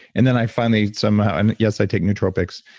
and then i finally somehow, and yes, i take nootropics,